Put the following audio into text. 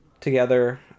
together